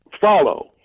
follow